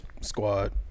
squad